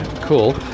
Cool